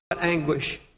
anguish